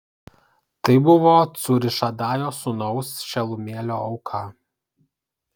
tai buvo cūrišadajo sūnaus šelumielio auka